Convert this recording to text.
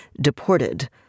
deported